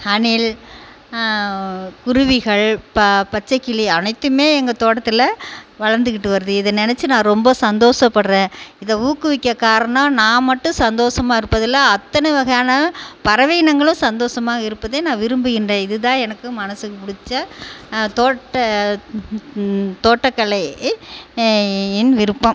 அணில் குருவிகள் பச்சைக்கிளி அனைத்துமே எங்கள் தோட்டத்தில் வளர்ந்துக்கிட்டு வருது இதை நினச்சி நான் ரொம்ப சந்தோஷப்படுறேன் இதை ஊக்குவிக்க காரணம் நான் மட்டும் சந்தோஷமா இருப்பதில்லை அத்தனை வகையான பறவை இனங்களும் சந்தோஷமாக இருப்பதை நான் விரும்புகின்றேன் இதுதான் எனக்கு மனதுக்கு பிடிச்ச தோட்ட தோட்டக்கலை என் விருப்பம்